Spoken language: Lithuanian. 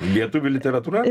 lietuvių literatūra